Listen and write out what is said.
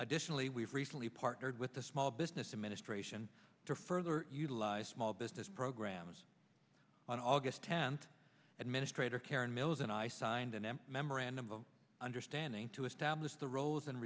additionally we've recently partnered with the small business administration to further utilize small business programs on aug tenth administrator karen mills and i signed an m memorandum of understanding to establish the roles and